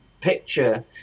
picture